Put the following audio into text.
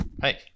Hey